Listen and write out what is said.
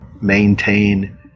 maintain